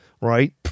right